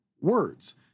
words